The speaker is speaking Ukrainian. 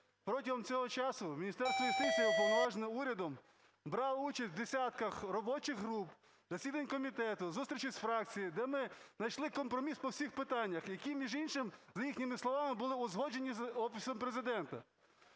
Протягом цього часу Міністерство юстиції, уповноважене урядом, брало участь в десятках робочих груп, засідань комітету, зустрічі з фракціями, де ми знайшли компроміс по всіх питаннях, які, між іншим, за їхніми словами, були узгоджені з Офісом Президента.